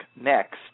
next